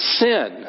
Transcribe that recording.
sin